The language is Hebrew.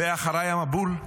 ואחריי המבול?